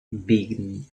being